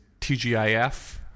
TGIF